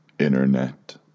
internet